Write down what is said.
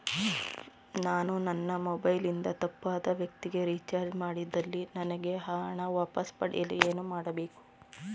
ನಾನು ನನ್ನ ಮೊಬೈಲ್ ಇಂದ ತಪ್ಪಾದ ವ್ಯಕ್ತಿಗೆ ರಿಚಾರ್ಜ್ ಮಾಡಿದಲ್ಲಿ ನನಗೆ ಆ ಹಣ ವಾಪಸ್ ಪಡೆಯಲು ಏನು ಮಾಡಬೇಕು?